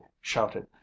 shouted